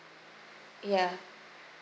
ya